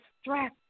stress